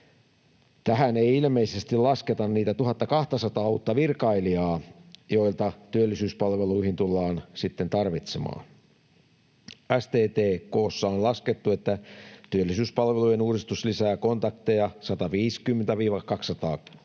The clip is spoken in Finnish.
Tähän ei ilmeisesti lasketa niitä 1 200:aa uutta virkailijaa, jotka työllisyyspalveluihin tullaan sitten tarvitsemaan. STTK:ssa on laskettu, että työllisyyspalvelujen uudistus lisää kontakteja 150—210